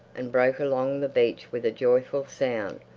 and broke along the beach with a joyful sound.